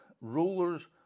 rulers